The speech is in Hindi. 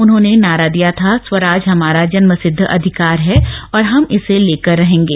उन्होंने नारा दिया था स्वराज हमारा जन्मसिद्ध अधिकार है और हम इसे लेकर रहेंगे